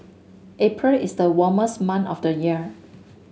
April is the warmest month of the year